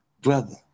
brother